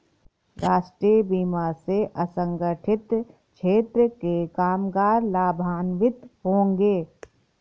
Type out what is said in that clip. राष्ट्रीय बीमा से असंगठित क्षेत्र के कामगार लाभान्वित होंगे